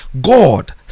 God